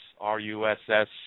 R-U-S-S